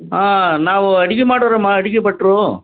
ಹಾಂ ನಾವು ಅಡ್ಗೆ ಮಾಡೋರಮ್ಮ ಅಡ್ಗೆ ಭಟ್ರು